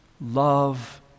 love